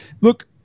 look